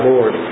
Lord